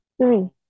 Three